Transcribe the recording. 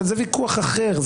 אבל זה ויכוח אחר.